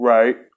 Right